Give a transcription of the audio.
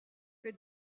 que